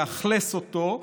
לאכלס אותו,